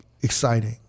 exciting